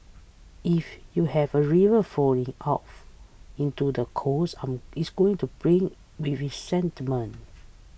if you have a river flowing into the coast it's going to bring with it sediments